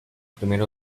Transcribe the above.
primer